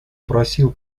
просил